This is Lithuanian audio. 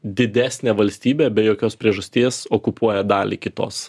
didesnė valstybė be jokios priežasties okupuoja dalį kitos